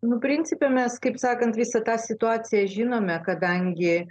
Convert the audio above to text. nu principe mes kaip sakant visą tą situaciją žinome kadangi